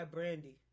Brandy